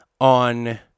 On